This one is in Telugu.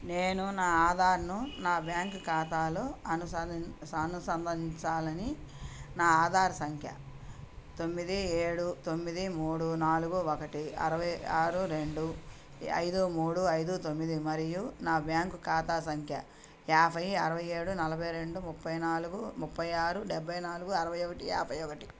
నేను నా ఆధార్ను నా బ్యాంకు ఖాతాలో అనుసంబంధించాలని నా ఆధార్ సంఖ్య తొమ్మిది ఏడు తొమ్మిది మూడు నాలుగు ఒకటి అరవై ఆరు రెండు ఐదు మూడు ఐదు తొమ్మిది మరియు నా బ్యాంకు ఖాతా సంఖ్య యాఫై అరవై ఏడు నలభై రెండు ముప్పై నాలుగు ముప్పై ఆరు డబ్బై నాలుగు అరవై ఒకటి యాభై ఒకటి